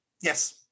Yes